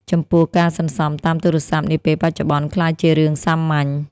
ចំពោះ ការសន្សុំតាមទូរស័ព្ទនាពេលបច្ចុប្បន្នក្លាយជារឿងសាមញ្ញ។